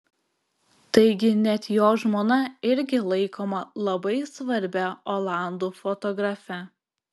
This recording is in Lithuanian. taigi net jo žmona irgi laikoma labai svarbia olandų fotografe